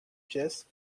pièce